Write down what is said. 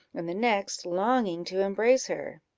and the next longing to embrace her.